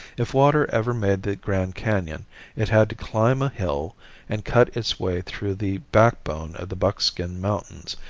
if water ever made the grand canon it had to climb a hill and cut its way through the backbone of the buckskin mountains,